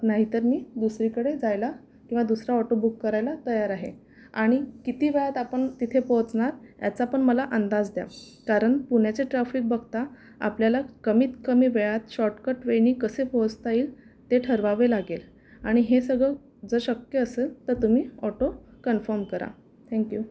नाहीतर मी दुसरीकडे जायला किंवा दुसरा ऑटो बुक करायला तयार आहे आणि किती वेळात आपण तिथे पोचणार याचा पण मला अंदाज द्या कारण पुण्याचं ट्रॅफिक बघता आपल्याला कमीत कमी वेळात शॉटकट वेनी कसे पोहोचता येईल ते ठरवावे लागेल आणि हे सगळं जर शक्य असेल तर तुम्ही ऑटो कन्फर्म करा थँक्यू